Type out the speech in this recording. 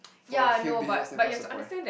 for a few minutes then what's the point